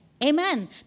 Amen